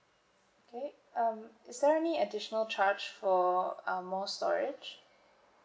okay um is there any additional charge for um more storage